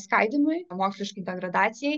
skaidymui moksliškai degradacijai